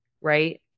right